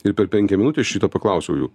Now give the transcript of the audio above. ir per penkiaminutę šito paklausiau jų